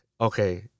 okay